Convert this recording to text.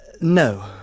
No